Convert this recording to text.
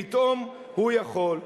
פתאום הוא יכול.